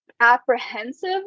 apprehensive